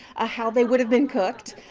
ah how they would have been cooked.